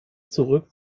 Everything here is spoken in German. zurück